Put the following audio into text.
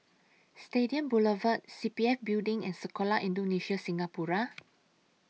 Stadium Boulevard C P F Building and Sekolah Indonesia Singapura